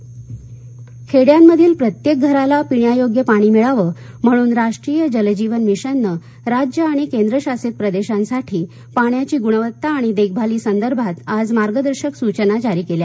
जलजीवन खेड्यांमधील प्रत्येक घराला पिण्यायोग्य पाणी मिळावं म्हणून राष्ट्रीय जल जीवन मिशननं राज्य आणि केंद्र शासित प्रदेशांसाठी पाण्याची गुणवत्ता आणि देखभाली संदर्भात आज मार्गदर्शक सूचना जारी केल्या